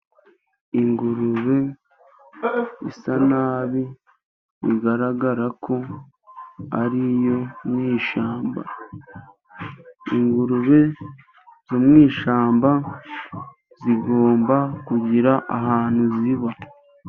Ingurube isa nabi, bigaragara ko ari iyo mu ishyamba, ingurube zo mu ishyamba zigomba kugira ahantu ziba.